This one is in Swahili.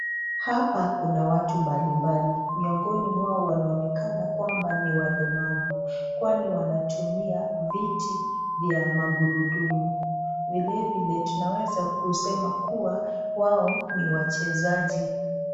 Hapa kuna watu mbalimbali miongoni mwao wanaonekana kwamba ni walemavu kwani wanatumia viti vya magurudumu. Vile vile tunaweza kusema kuwa wao ni wachezaji.